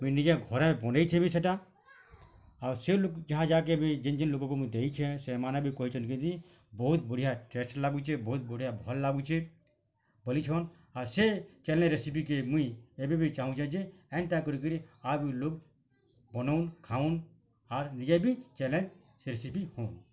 ମୁଇଁ ନିଜେ ଘରେ ବନେଇଛେଁ ବି ସେଟା ଆଉ ସେ ଲୋକ୍ ଯାହା ଯାହା କେ ବି ଯିନ୍ ଯି ନ୍ ଲୋକ୍ କୁ ମୁଁ ଦେଇଛେଁ ସେମାନେ ବି କହିଛନ୍ତି କି ବହୁତ୍ ବଢ଼ିଆ ଟେଷ୍ଟ୍ ଲାଗୁଛେ ବହୁତ ବଢ଼ିଆ ଭଲ ଲାଗୁଛେ ବୋଲିଛନ୍ ଆର ସେ ଚାଲେଞ୍ଜ୍ ରେସିପି କି ମୁଇଁ ଏବେ ବି ଚାଁହୁଛେଁ ଯେ ଏନ୍ତା କରି କରି ଔର ଲୋକ୍ ବନଉନ୍ ଖାଉନ୍ ଆର ନିଜେ ବି ଚାଲେଞ୍ଜ୍ ରେସିପି ହଉଁ